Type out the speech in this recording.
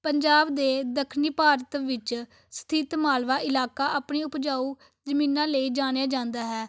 ਪੰਜਾਬ ਦੇ ਦੱਖਣੀ ਭਾਰਤ ਵਿੱਚ ਸਥਿਤ ਮਾਲਵਾ ਇਲਾਕਾ ਆਪਣੀ ਉਪਜਾਊ ਜਮੀਨਾਂ ਲਈ ਜਾਣਿਆ ਜਾਂਦਾ ਹੈ